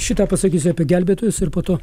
šį tą pasakysiu apie gelbėtojus ir po to